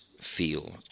feel